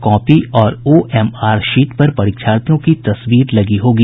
copy और OMR sheet पर परीक्षार्थियों की तस्वीर लगी होगी